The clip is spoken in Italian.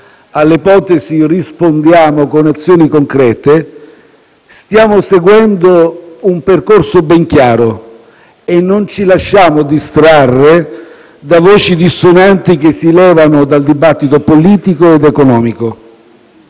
alle ipotesi rispondiamo con azioni concrete. Stiamo seguendo un percorso ben chiaro e non ci lasciamo distrarre da voci dissonanti che si levano dal dibattito politico ed economico.